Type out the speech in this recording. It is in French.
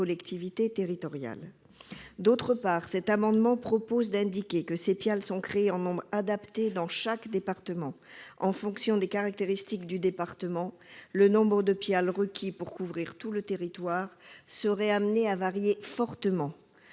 D'une part, cet amendement vise à préciser que les PIAL sont créés en nombre adapté dans chaque département. En fonction des caractéristiques du département, le nombre de PIAL requis pour couvrir tout le territoire serait susceptible de varier fortement.